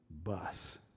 bus